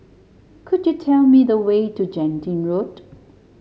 could you tell me the way to Genting Road